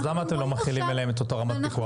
למה אתם לא מחילים עליהם את אותה רמת פיקוח?